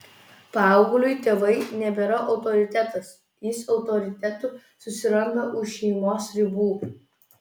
paaugliui tėvai nebėra autoritetas jis autoritetų susiranda už šeimos ribų